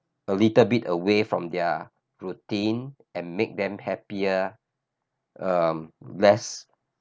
a little bit away from their routine and make them happier um less